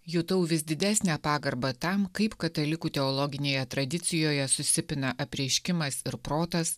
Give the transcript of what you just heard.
jutau vis didesnę pagarbą tam kaip katalikų teologinėje tradicijoje susipina apreiškimas ir protas